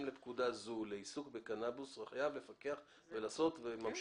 לפקודה זו לעיסוק בקנאבוס חייב לפקח ולעשות" וכולי.